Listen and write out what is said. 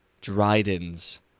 Dryden's